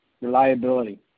reliability